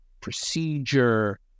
procedure